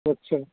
اچھا